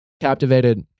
captivated